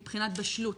מבחינת בשלות.